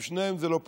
עם שניהם זה לא פשוט.